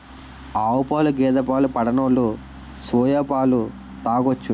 ఆవుపాలు గేదె పాలు పడనోలు సోయా పాలు తాగొచ్చు